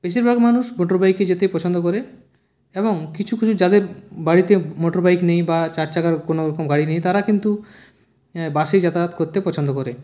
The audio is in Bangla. বেশিরভাগ মানুষ মোটরবাইকে যেতে পছন্দ করে এবং কিছু কিছু যাদের বাড়িতে মোটরবাইক নেই বা চার চাকার কোনোরকম গাড়ি নেই তারা কিন্তু বাসে যাতায়াত করতে পছন্দ করে